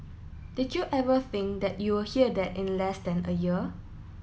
did you ever think that you would hear that in less than a year